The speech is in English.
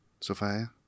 Sophia